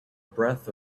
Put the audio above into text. breath